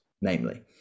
namely